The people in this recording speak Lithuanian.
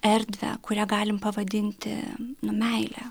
erdvę kurią galim pavadinti meile